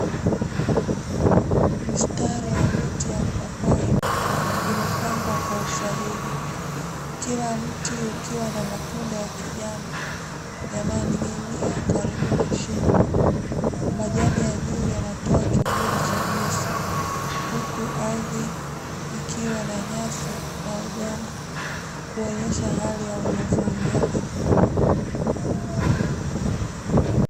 Mistari ya miti ya mipapai imepangwa kwa usahihi. Kila mti ukiwa na matunda ya kijani yanayoning'inia karibu na shina. Majani ya juu yanatoa kivuli chepesi huku ardhi ikiwa na nyasi na udongo kuonesha hali ya unyevuunyevu.